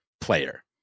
player